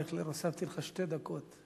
אייכלר, הוספתי לך שתי דקות.